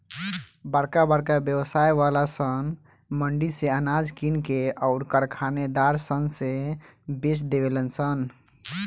बरका बरका व्यवसाय वाला सन मंडी से अनाज किन के अउर कारखानेदार सन से बेच देवे लन सन